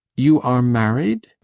you are married?